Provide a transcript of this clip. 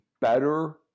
better